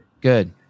Good